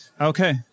Okay